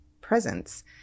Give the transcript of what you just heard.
presence